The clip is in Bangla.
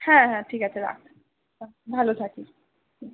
হ্যাঁ হ্যাঁ ঠিক আছে রাখ ভালো থাকিস হ্যাঁ